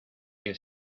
que